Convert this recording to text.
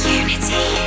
unity